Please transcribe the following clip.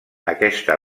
aquesta